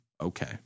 okay